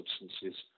substances